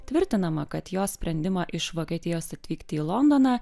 tvirtinama kad jo sprendimą iš vokietijos atvykti į londoną